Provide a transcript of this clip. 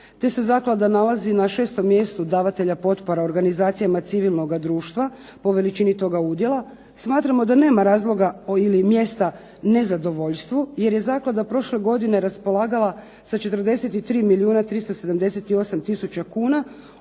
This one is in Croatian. te se zaklada nalazi na 6. mjestu davatelja potpora organizacijama civilnoga društva po veličini toga udjela. Smatramo da nema razloga ili mjesta nezadovoljstvu jer je zaklada prošle godine raspolagala sa 43 milijuna 378 tisuća kuna